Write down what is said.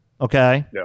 okay